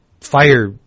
fire